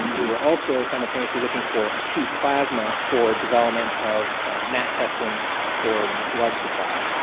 we were also simultaneously looking for acute plasma for development of gnat testing for blood supply.